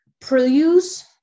produce